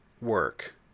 work